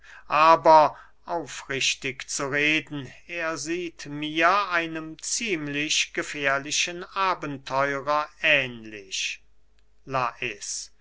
aber aufrichtig zu reden er sieht mir einem ziemlich gefährlichen abenteurer ähnlich lais